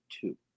two